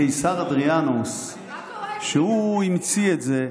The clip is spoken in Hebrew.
זה הקיסר אדריאנוס, הוא המציא את זה.